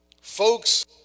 folks